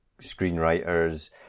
screenwriters